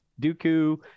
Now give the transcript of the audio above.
Dooku